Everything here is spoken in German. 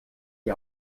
die